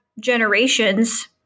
generations